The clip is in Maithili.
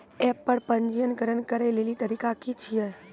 एप्प पर पंजीकरण करै लेली तरीका की छियै?